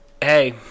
hey